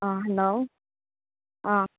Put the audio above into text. hello ꯑꯥ